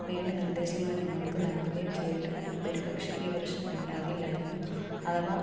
വേണ്ട നിർദ്ദേശങ്ങള് ഞങ്ങൾക്ക് നൽകുകയും ചെയ്തിരുന്നെങ്കിൽ ഒരുപക്ഷേ ഈ പ്രശ്നം ഉണ്ടാകില്ലായിരുന്നു അഥവാ